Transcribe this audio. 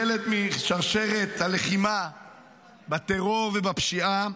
חלק משרשרת הלחימה בטרור ובפשיעה,